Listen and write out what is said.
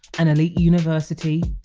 an elite university,